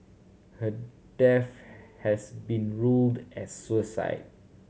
her death has been ruled as suicide